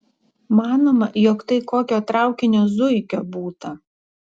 manoma jog tai kokio traukinio zuikio būta